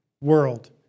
World